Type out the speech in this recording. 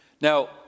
Now